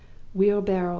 wheelbarrows,